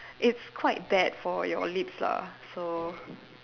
it's quite bad for your lips lah so